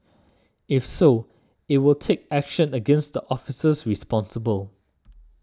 if so it will take action against the officers responsible